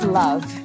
love